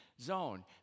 zone